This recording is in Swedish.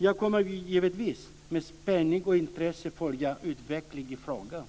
Jag kommer givetvis att med spänning och intresse följa utvecklingen i frågan.